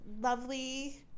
lovely